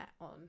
on